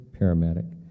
paramedic